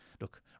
look